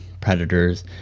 predators